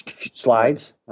slides